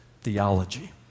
theology